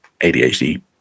ADHD